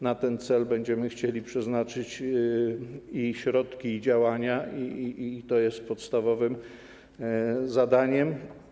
Na ten cel będziemy chcieli przeznaczyć środki i działania i to jest podstawowym zadaniem.